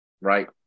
right